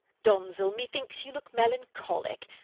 donzel, methinks you look melancholic,